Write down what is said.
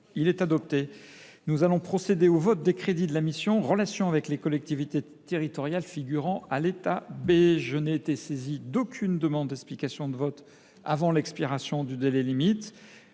rectifié. Nous allons procéder au vote des crédits de la mission « Relations avec les collectivités territoriales », figurant à l’état B. Je n’ai été saisi d’aucune demande d’explication de vote avant l’expiration du délai limite.